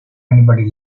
anybody